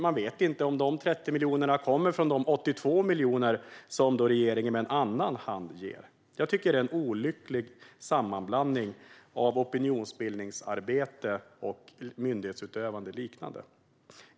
Man vet inte om de 30 miljonerna kommer från de 82 miljoner som regeringen med en annan hand ger. Jag tycker att det är en olycklig sammanblandning av opinionsbildningsarbete och myndighetsutövandeliknande arbete.